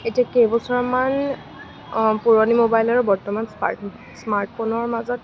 এতিয়া কেইবছৰমান পুৰণি ম'বাইল আৰু বৰ্তমানৰ স্মাৰ্টফোনৰ মাজত